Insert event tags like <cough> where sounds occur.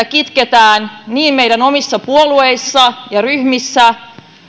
<unintelligible> kitketään niin meidän omissa puolueissamme ja ryhmissämme